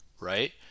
right